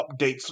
updates